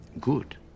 good